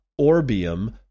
Orbium